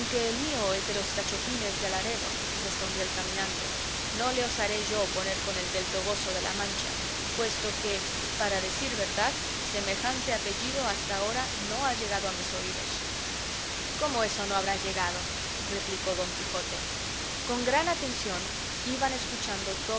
el mío es de los cachopines de laredo respondió el caminante no le osaré yo poner con el del toboso de la mancha puesto que para decir verdad semejante apellido hasta ahora no ha llegado a mis oídos como eso no habrá llegado replicó don quijote con gran atención iban escuchando